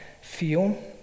feel